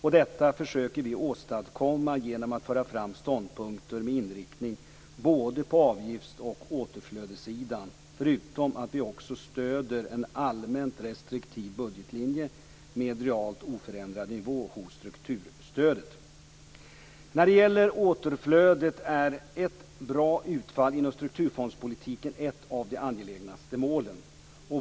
Detta försöker vi åstadkomma genom att föra fram ståndpunkter med inriktning både på avgiftsoch återflödessidan, förutom att vi också stöder en allmänt restriktiv budgetlinje med realt oförändrad nivå hos strukturstödet. När det gäller återflödet är ett bra utfall inom strukturfondspolitiken ett av de angelägnaste målen.